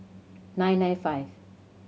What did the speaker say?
nine nine five